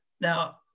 Now